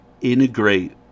integrate